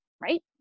right